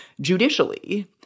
judicially